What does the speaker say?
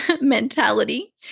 mentality